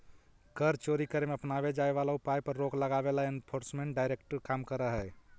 कर चोरी करे में अपनावे जाए वाला उपाय पर रोक लगावे ला एनफोर्समेंट डायरेक्टरेट काम करऽ हई